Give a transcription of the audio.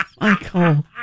Michael